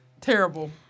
Terrible